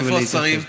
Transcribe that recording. איפה השרים?